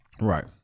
right